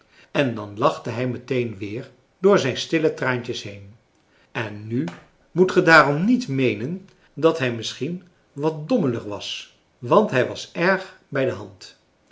en dan lachte hij meteen weer door zijn stille traantjes heen en nu moet ge daarom niet meenen dat hij misschien wat dommelig was want hij was erg bij de hand